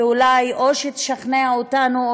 ואולי תשכנע אותנו,